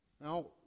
Now